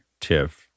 TIFF